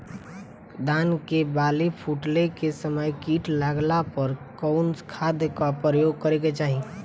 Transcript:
धान के बाली फूटे के समय कीट लागला पर कउन खाद क प्रयोग करे के चाही?